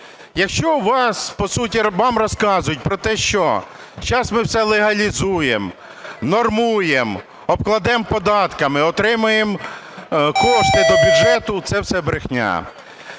по суті розказують про те, що зараз ми все легалізуємо, внормуємо, обкладемо податками, отримаємо кошти до бюджету – це все брехня.